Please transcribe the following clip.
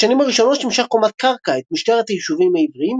בשנים הראשונות שימשה קומת הקרקע את משטרת היישובים העבריים,